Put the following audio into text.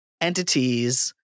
entities